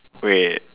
wait